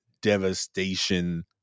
devastation